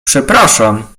przepraszam